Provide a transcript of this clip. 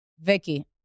Vicky